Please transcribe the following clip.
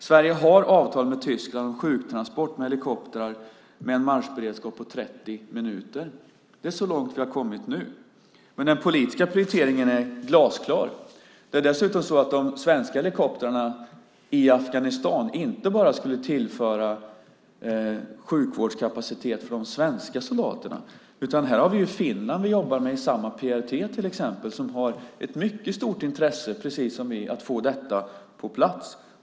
Sverige har avtal med Tyskland om sjuktransport med helikoptrar med en marschberedskap på 30 minuter. Det är så långt vi har kommit nu. Men den politiska prioriteringen är glasklar. Det är dessutom så att de svenska helikoptrarna i Afghanistan inte bara skulle tillföra sjukvårdskapacitet för de svenska soldaterna. Vi jobbar med Finland i samma PRT till exempel som har ett mycket stort intresse, precis som vi, att få detta på plats.